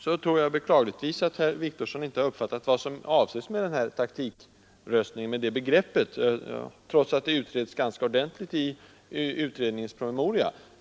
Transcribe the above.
Nu tror jag att herr Wictorsson beklagligtvis inte har uppfattat vad som avses med begreppet taktikröstning trots att det begreppet utreds ganska ordentligt i en utredningspromemoria.